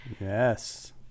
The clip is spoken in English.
yes